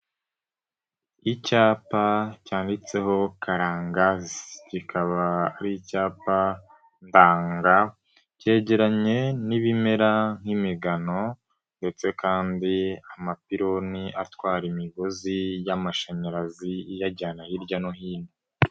Icyapa cyanditseho Karangazi, kikaba ari icyapa ndanga, cyegeranye n'ibimera nk'imigano ndetse kandi amapironi atwara imigozi y'amashanyarazi iyajyana hirya no hino.